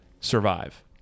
survive